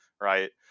right